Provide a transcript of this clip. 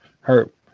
hurt